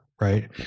right